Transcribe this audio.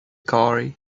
cary